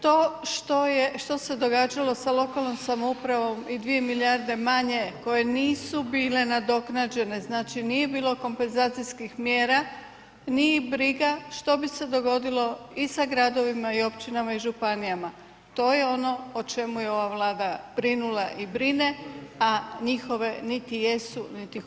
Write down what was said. To što se događalo sa lokalnom samoupravom i 2 milijarde manje koje nisu bile nadoknađene, znači nije bilo kompenzacijskih mjera, nije ih briga što bi se dogodilo i sa gradovima i općinama i županijama, to je ono o čemu je ova Vlada brinula i brine a njihove niti jesu niti hoće.